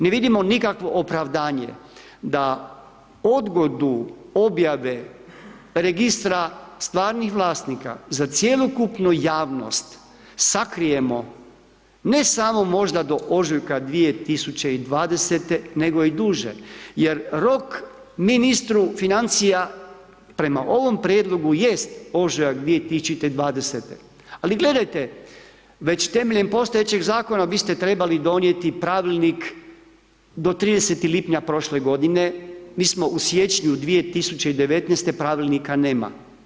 Ne vidimo nikakvo opravdanje da odgodu objave Registra stvarnih vlasnika za cjelokupnu javnost sakrijemo ne samo možda do ožujka 2020. nego i duže jer rok ministru financija prema ovom prijedlogu jest ožujak 2020., ali gledajte već temeljem postojećeg zakona, vi ste trebali donijeti pravilnik do 30. lipnja prošle godine, mi smo u siječnju 2019., pravilnika nema.